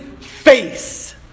face